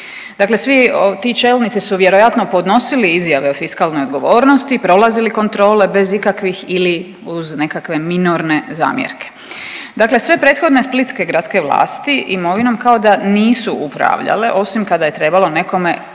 Dakle, svi ti čelnici su vjerojatno podnosili izjave o fiskalnoj odgovornosti, prolazili kontrole bez ikakvih ili uz nekakve minorne zamjerke. Dakle, sve prethodne splitske gradske vlasti imovinom kao da nisu upravljale osim kada je trebalo nekome pogodovati.